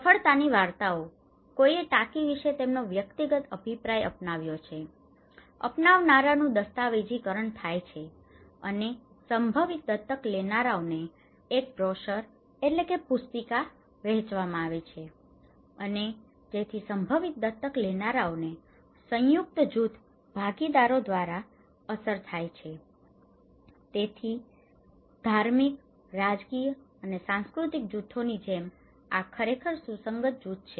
સફળતાની વાર્તાઓ કોઈએ ટાંકી વિશે તેમનો વ્યક્તિગત અભિપ્રાય અપનાવ્યો છે અપનાવનારાઓનું દસ્તાવેજીકરણ થાય છે અને સંભવિત દત્તક લેનારાઓને એક બ્રોશર brochure પુસ્તિકા વહેંચવામાં આવે છે અને જેથી સંભવિત દત્તક લેનારાઓને સંયુક્ત જૂથ ભાગીદારો દ્વારા અસર થાય છે તેથી ધાર્મિક રાજકીય અને સાંસ્કૃતિક જૂથોની જેમ આ ખરેખર સુસંગત જૂથો છે